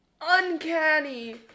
uncanny